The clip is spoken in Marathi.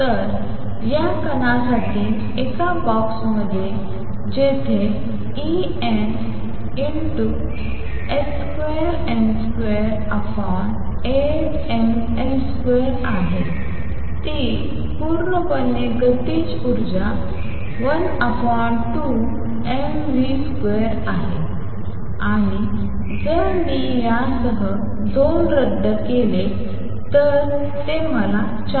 तर या कणांसाठी एका बॉक्समध्ये जिथे En h2n28mL2 आहे ती पूर्णपणे गतिज ऊर्जा 12mv2आहे आणि जर मी यासह 2 रद्द केले तर ते मला 4